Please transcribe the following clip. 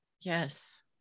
Yes